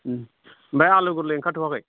ओमफ्राय आलु गोरलै ओंखारथ'वाखै